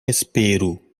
esperu